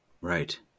right